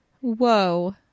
Whoa